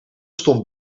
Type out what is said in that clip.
stond